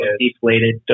Deflated